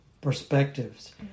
perspectives